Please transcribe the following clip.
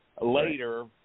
later